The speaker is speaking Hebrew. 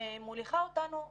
היא מוליכה אותנו שולל.